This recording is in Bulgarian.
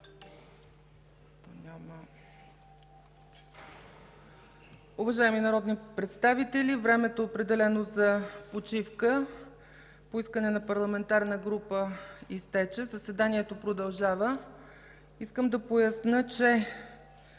Уважаеми народни представители, времето, определено за почивка по искане на парламентарна група изтече. Заседанието продължава. Искам да поясня, че